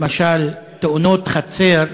למשל, תאונות חצר,